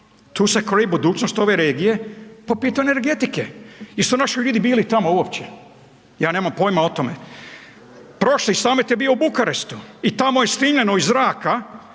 tu se kroji budućnost ove regije po pitanju energetike. Jesu bili naši ljudi tamo uopće? Ja nemam pojma o tome. Prošli summit je bio u Bukureštu i tamo je snimljeno iz zraka,